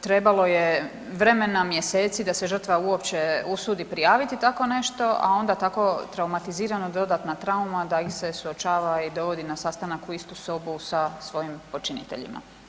trebalo je vremena, mjeseci da se žrtva uopće usudi prijaviti tako nešto, a onda tako traumatizirano, dodatna trauma da ih se suočava i dovodi na sastanak u istu sobu sa svojim počiniteljima.